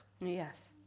Yes